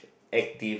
active